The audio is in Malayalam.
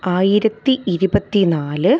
ആയിരത്തി ഇരുപത്തി നാല്